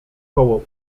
koło